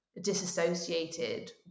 disassociated